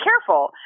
careful